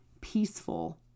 peaceful